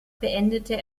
beendete